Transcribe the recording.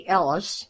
Ellis